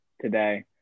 today